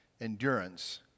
endurance